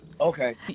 Okay